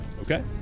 Okay